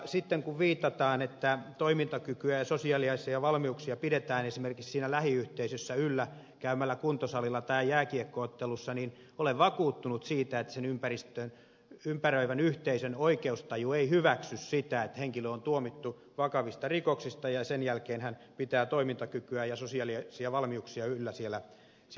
sitten kun viitataan että toimintakykyä ja sosiaalisia valmiuksia pidetään esimerkiksi siinä lähiyhteisössä yllä käymällä kuntosalilla tai jääkiekko ottelussa olen vakuuttunut siitä että sen ympäröivän yhteisön oikeustaju ei hyväksy sitä että henkilö on tuomittu vakavista rikoksista ja sen jälkeen hän pitää toimintakykyään ja sosiaalisia valmiuksia yllä siellä yhteisössä